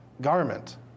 garment